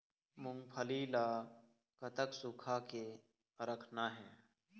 मूंगफली ला कतक सूखा के रखना हे?